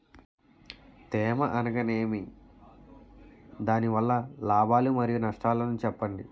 తేమ అనగానేమి? దాని వల్ల లాభాలు మరియు నష్టాలను చెప్పండి?